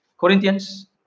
Corinthians